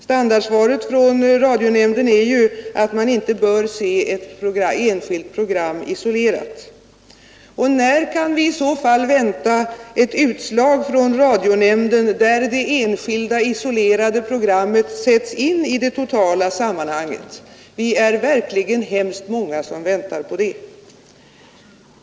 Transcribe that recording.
Standardsvaret från radionämnden är ju att man inte bör se ett enskilt program isolerat. När kan vi i så fall vänta ett utslag från radionämnden, där det enskilda isolerade programmet sätts in i det totala sammanhanget? Vi är verkligen många som väntar på det.